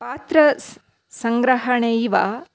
पात्रसङ्ग्रहणैव